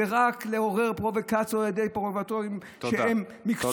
זה רק לעורר פרובוקציות על ידי פרובוקטורים מקצועיים,